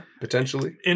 Potentially